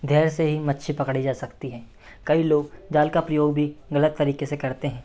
धैर्य से ही मच्छी पकड़ी जा सकती हैं कई लोग जाल का प्रयोग भी ग़लत तरीके से करते हैं